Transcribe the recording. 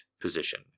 position